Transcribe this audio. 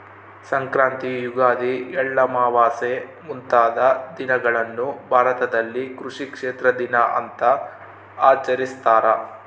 ಸಂಕ್ರಾಂತಿ ಯುಗಾದಿ ಎಳ್ಳಮಾವಾಸೆ ಮುಂತಾದ ದಿನಗಳನ್ನು ಭಾರತದಲ್ಲಿ ಕೃಷಿ ಕ್ಷೇತ್ರ ದಿನ ಅಂತ ಆಚರಿಸ್ತಾರ